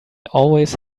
always